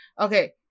okay